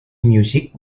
music